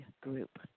group